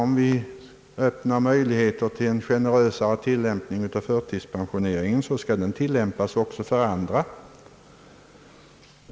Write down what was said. Om vi öppnar möjligheter för vissa till en generösare tillämpning av förtidspensioneringen, skall de inte i så fall tillämpas för alla?